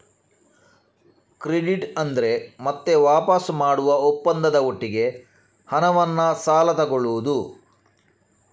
credit ಅಂದ್ರೆ ಮತ್ತೆ ವಾಪಸು ಮಾಡುವ ಒಪ್ಪಂದದ ಒಟ್ಟಿಗೆ ಹಣವನ್ನ ಸಾಲ ತಗೊಳ್ಳುದು